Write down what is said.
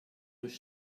muss